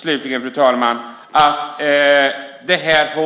Slutligen säger Mats Odell att